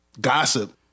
gossip